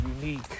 unique